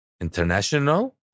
International